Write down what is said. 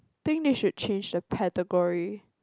think they should change the category